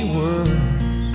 words